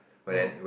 no